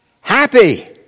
Happy